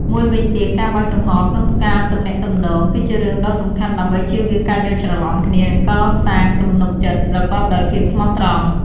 មួយវិញទៀតការបើកចំហរក្នុងការទំនាក់ទំនង គឺជារឿងដ៏សំខាន់ដើម្បីជៀសវាងការយល់ច្រឡំគ្នា និងកសាងទំនុកចិត្ត ប្រកបដោយភាពស្មោះត្រង់។